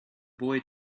boy